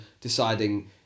deciding